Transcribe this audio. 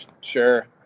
sure